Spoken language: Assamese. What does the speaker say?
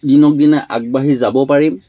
দিনক দিনে আগবাঢ়ি যাব পাৰিম